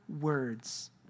words